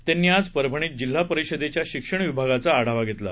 त्यांनी आज परभणीत जिल्हा परिषदेच्या शिक्षण विभागाचा आढावा घेतला